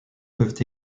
peuvent